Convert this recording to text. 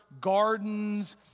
gardens